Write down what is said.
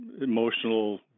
emotional